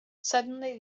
suddenly